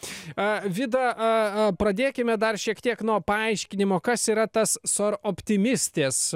a vida pradėkime dar šiek tiek nuo paaiškinimo kas yra tas sor optimistės